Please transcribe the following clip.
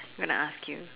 gonna ask you